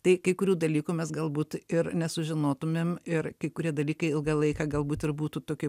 tai kai kurių dalykų mes galbūt ir nesužinotume ir kai kurie dalykai ilgą laiką galbūt ir būtų tokioj